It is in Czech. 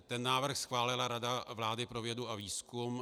Ten návrh schválila Rada vlády pro vědu a výzkum.